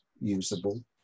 usable